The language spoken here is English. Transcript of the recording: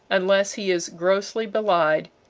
unless he is grossly belied,